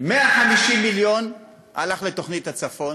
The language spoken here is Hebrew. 150 מיליון הלכו לתוכנית הצפון,